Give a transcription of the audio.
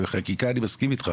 לגבי חקיקה אני מסכים איתך,